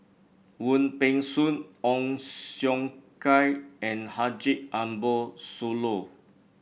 Wong Peng Soon Ong Siong Kai and Haji Ambo Sooloh